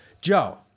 Joe